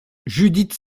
judith